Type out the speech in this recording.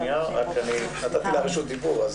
נתתי לה רשות דיבור.